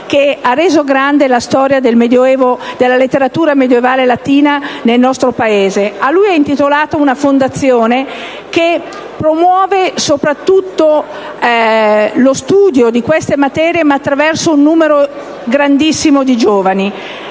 che ha reso grande la storia della letteratura medioevale latina nel nostro Paese. A lui è intitolata una fondazione che promuove, soprattutto, lo studio di queste materie, attraverso un numero grandissimo di giovani.